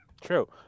True